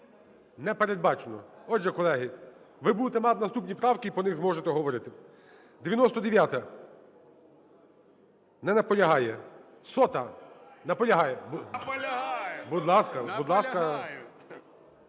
не передбачено. Отже, колеги, ви будете мати наступні правки і по них зможете говорити. 99-а. Не наполягає. 100-а. Наполягає. Будь ласка, будь ласка,